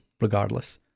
regardless